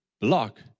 block